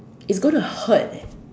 it's gonna hurt eh